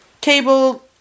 cable